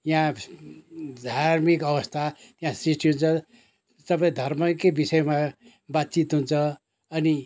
यहाँ धार्मिक अवस्था त्यहाँ सृष्टि हुन्छ सबै धर्मकै विषयमा बातचित हुन्छ अनि